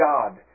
God